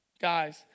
Guys